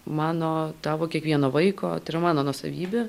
mano tavo kiekvieno vaiko tai yra mano nuosavybė